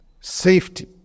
Safety